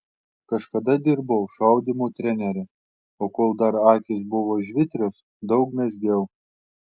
kažkada dirbau šaudymo trenere o kol dar akys buvo žvitrios daug mezgiau